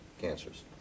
cancers